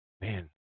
man